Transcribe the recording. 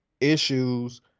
issues